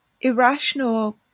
irrational